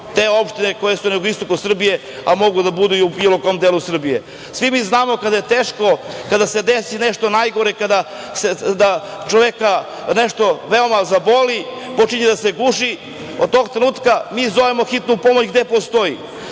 te opštine koje su na jugoistoku Srbije, a mogu da budu i u bilo kom delu Srbije. Svi mi znamo kada je teško, kada se desi nešto najgore, kada čoveka nešto zaboli, počinje da se guši, od tog trenutka mi zovemo hitnu pomoć gde postoji,